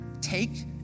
take